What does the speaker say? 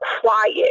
quiet